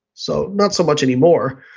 so not so much anymore.